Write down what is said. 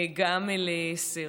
גם לשרח.